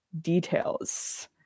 details